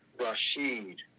Rashid